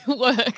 work